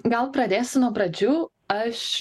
gal pradėsiu nuo pradžių aš